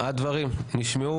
סעדה, הדברים נשמעו.